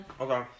Okay